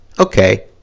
Okay